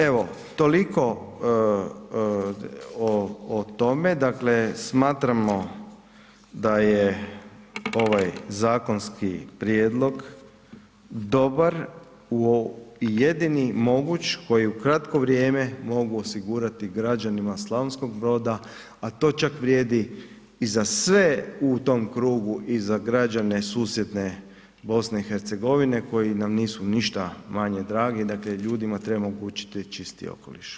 Evo, toliko o tome, dakle, smatramo da je ovaj zakonski prijedlog dobar i jedini moguć koji u kratko vrijeme mogu osigurati građanima Slavonskog Broda, a to čak vrijedi i za sve u tom krugu i za građane susjedne BiH koji nam nisu ništa manje dragi, dakle, ljudima treba omogućiti čisti okoliš.